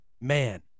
man